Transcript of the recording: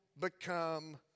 become